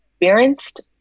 experienced